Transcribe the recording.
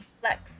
Flex